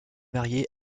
mariée